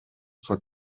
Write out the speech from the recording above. for